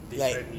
differently